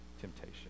temptation